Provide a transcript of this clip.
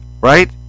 Right